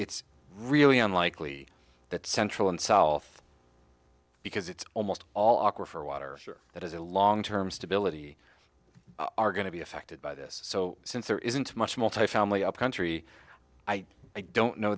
unlikely that central and south because it's almost all awkward for water that has a long term stability are going to be affected by this so since there isn't much multifamily upcountry i don't know